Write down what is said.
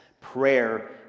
prayer